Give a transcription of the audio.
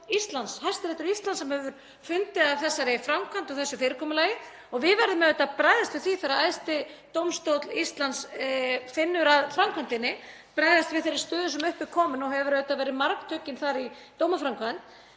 Íslands, Hæstiréttur Íslands, sem hefur fundið að þessari framkvæmd og þessu fyrirkomulagi og við verðum auðvitað að bregðast við því þegar æðsti dómstóll Íslands finnur að framkvæmdinni, bregðast við þeirri stöðu sem upp er komin og hefur verið margtuggin þar í dómaframkvæmd.